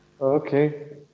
Okay